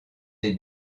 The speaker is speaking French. est